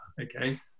okay